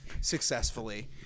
successfully